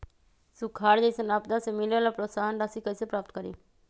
सुखार जैसन आपदा से मिले वाला प्रोत्साहन राशि कईसे प्राप्त करी?